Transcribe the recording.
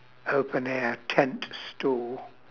open air tent stall